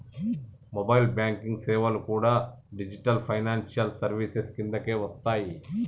mobile banking సేవలు కూడా digital financial services కిందకే వస్తయ్యి